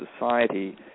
society